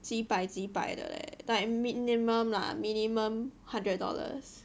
几百几百的 leh like minimum ah minimum hundred dollars